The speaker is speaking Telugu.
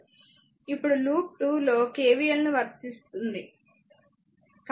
ఇప్పుడు లూప్ 2 లో KVL ను వర్తిస్తుంది